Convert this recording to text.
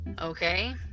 Okay